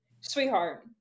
sweetheart